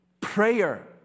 prayer